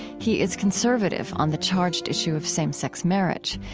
he is conservative on the charged issue of same-sex marriage.